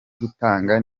gutanga